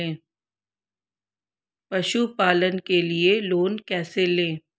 पशुपालन के लिए लोन कैसे लें?